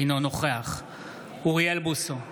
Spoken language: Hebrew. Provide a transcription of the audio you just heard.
אינו נוכח אוריאל בוסו,